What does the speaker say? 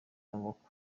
amaboko